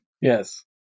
Yes